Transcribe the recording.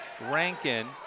Rankin